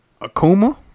Akuma